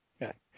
Yes